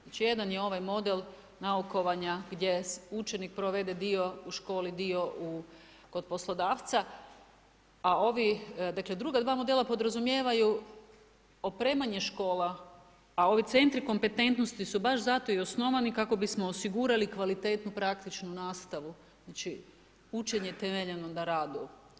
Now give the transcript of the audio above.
Znači jedan je ovaj model naukovanja gdje učenik provede u školi, dio kod poslodavca a druga sva modela podrazumijevaju opremanje škola, a ovi centri kompetentnosti su baš zato i osnovani kako bismo osigurali kvalitetnu, praktičnu nastavu, učenje temeljeno na radu.